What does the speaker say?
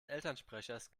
elternsprechers